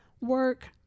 work